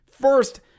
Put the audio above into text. first